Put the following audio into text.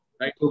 Right